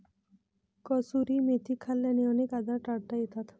कसुरी मेथी खाल्ल्याने अनेक आजार टाळता येतात